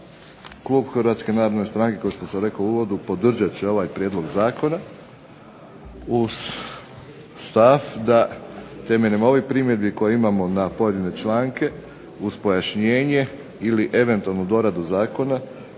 klub Hrvatske narodne stranke, kao što sam rekao u uvodu, podržat će ovaj prijedlog zakona, uz stav da temeljem ovih primjedbi koje imamo na pojedine članke uz pojašnjenje ili eventualnu doradu zakona